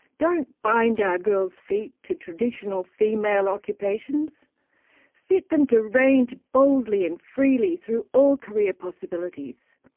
don't bind our girls' feet to traditional female occupations fit them to range boldly and freely through all career possibilities.